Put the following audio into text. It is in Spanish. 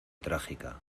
trágica